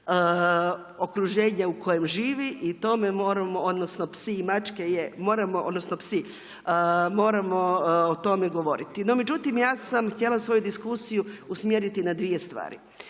okruženja u kojem živi i tome moramo, odnosno psi i mačke je, odnosno psi moramo o tome govoriti. No međutim, ja sam htjela svoju diskusiju usmjeriti na dvije stvari.